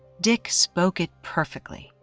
dick spoke it perfectly,